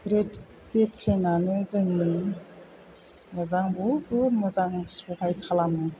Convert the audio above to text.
बे ट्रेनानो जोंनि मोजां बहुद बहुद मोजां सहाय खालामो